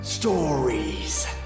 Stories